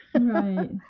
right